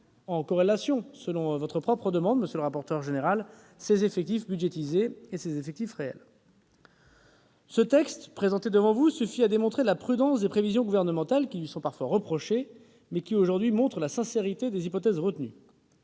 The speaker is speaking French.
en corrélation, comme vous le demandez, monsieur le rapporteur général, ses effectifs budgétisés et ses effectifs réels. Le texte présenté devant vous suffit à démontrer la prudence des prévisions du Gouvernement, ce que l'on a pu lui reprocher, ainsi que la sincérité des hypothèses retenues.